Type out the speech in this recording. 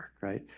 right